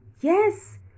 yes